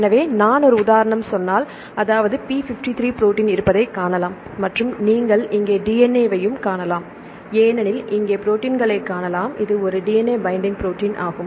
எனவே நான் ஒரு உதாரணம் சொன்னால் அதாவது p53 ப்ரோடீன் இருப்பதைக் காணலாம் மற்றும் நீங்கள் இங்கே DNA வையும் காணலாம் ஏனெனில் இங்கே ப்ரோடீன்னைக் காணலாம் இது ஒரு DNA பைண்டிங் ப்ரோடீன் ஆகும்